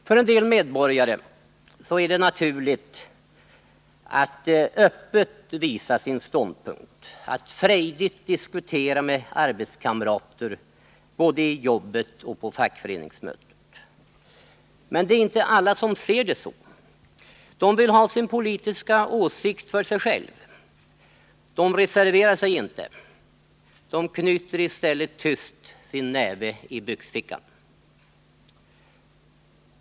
För en del medborgare är det naturligt att öppet visa sin ståndpunkt, att frejdigt diskutera med arbetskamrater både i jobbet och på fackföreningsmötet. Men inte alla ser det så. Många vill ha sin politiska åsikt för sig själva. De reserverar sig inte — de knyter i stället tyst sin näve i byxfickan.